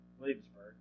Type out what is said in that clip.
Williamsburg